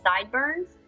sideburns